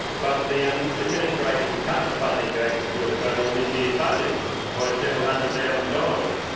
but the and administration cut the funding to active school travel in this year's budget by several hundred thousand dollars.